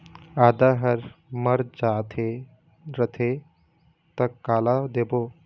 आदा हर मर जाथे रथे त काला देबो?